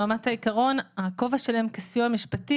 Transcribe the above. ברמת העיקרון הכובע שלהם כסיוע משפטי